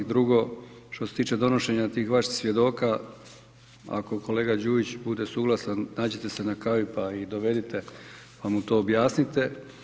Drugo, što se tiče donošenja tih vaših svjedoka, ako kolega Đujić bude suglasan nađite se na kavi pa ih dovedite pa mu to objasnite.